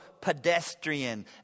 pedestrian